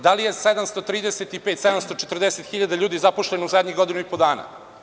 Da li je 735, 740 hiljada ljudi zaposleno u zadnjih godinu i po dana?